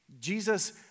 Jesus